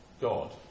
God